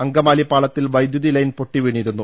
അങ്കമാലി പാളത്തിൽ വൈദ്യുതി ലൈൻ പൊട്ടിവീണിരുന്നു